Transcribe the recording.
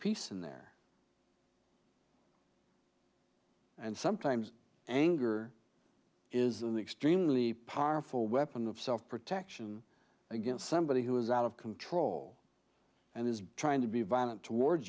peace in there and sometimes anger is the extremely powerful weapon of self protection against somebody who is out of control and is trying to be violent toward